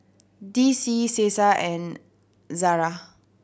D C Cesar and Zara